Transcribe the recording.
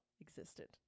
existed